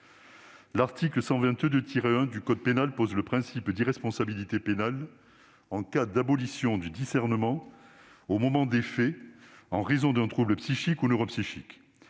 L'article 122-1 du code pénal pose un principe d'irresponsabilité pénale en cas d'abolition du discernement au moment des faits en raison d'un trouble psychique ou neuropsychique.